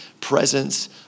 presence